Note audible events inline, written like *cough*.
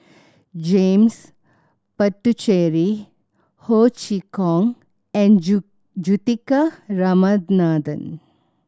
James Puthucheary Ho Chee Kong and *unintelligible* Juthika Ramanathan